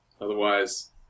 otherwise